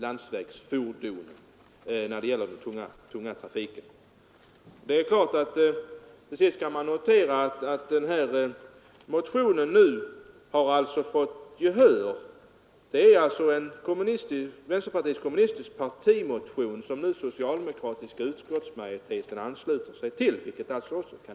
Man kan till sist notera att det är en motion från vänsterpartiet kommunisterna som nu vunnit gehör hos den socialdemokratiska utskottsmajoriteten.